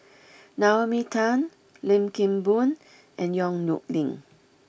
Naomi Tan Lim Kim Boon and Yong Nyuk Lin